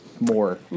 More